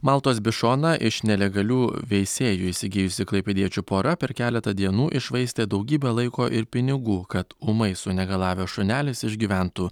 maltos bišoną iš nelegalių veisėjų įsigijusi klaipėdiečių pora per keletą dienų iššvaistė daugybę laiko ir pinigų kad ūmai sunegalavęs šunelis išgyventų